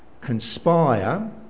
conspire